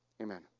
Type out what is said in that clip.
Amen